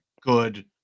good